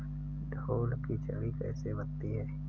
ढोल की छड़ी कैसे बनती है?